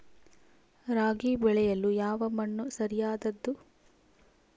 ರಾಗಿ ಬೆಳೆಯಲು ಯಾವ ಮಣ್ಣು ಸರಿಯಾದದ್ದು?